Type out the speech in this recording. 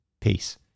Peace